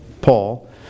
Paul